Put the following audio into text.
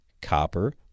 copper